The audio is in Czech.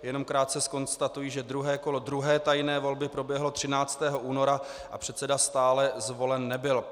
Jenom krátce zkonstatuji, že druhé kolo druhé tajné volby proběhlo 13. února a předseda stále zvolen nebyl.